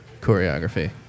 choreography